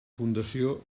fundació